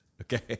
okay